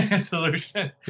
solution